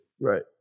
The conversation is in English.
right